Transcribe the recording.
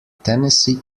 tennessee